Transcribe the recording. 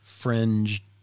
fringe